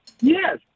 Yes